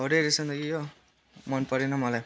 हाउडे रहेछ नि त कि यो मन परेन मलाई